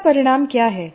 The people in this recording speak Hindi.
इसका परिणाम क्या है